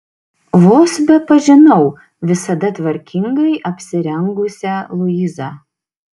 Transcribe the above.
vos bepažinau visada tvarkingai apsirengusią luizą